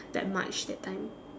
that much that time